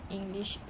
English